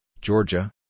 Georgia